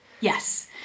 Yes